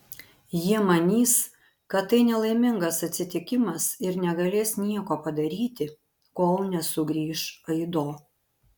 jie manys kad tai nelaimingas atsitikimas ir negalės nieko padaryti kol nesugrįš aido